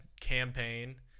campaign